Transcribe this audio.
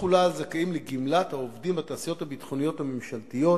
(אי-תחולה על זכאים לגמלה העובדים בתעשיות ביטחוניות ממשלתיות),